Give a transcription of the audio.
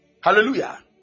Hallelujah